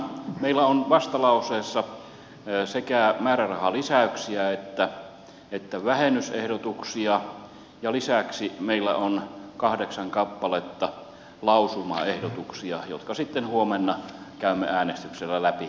meillä on vastalauseessa sekä määrärahali säyksiä että vähennysehdotuksia ja lisäksi meillä on kahdeksan kappaletta lausumaehdotuksia jotka sitten huomenna käymme äänestyksellä läpi